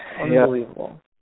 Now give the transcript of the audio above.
Unbelievable